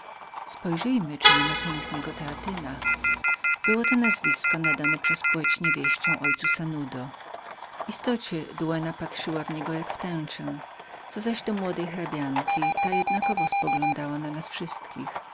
spojrzyjmy czy nie ma pięknego teatyna było to nazwisko nadane przez płeć niewieścią ojcu sanudo w istocie dugena patrzyła w niego jak w tęczę co zaś do młodej hrabianki ta rzucała jednakowy wzrok na nas wszystkich